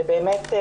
ובאמת,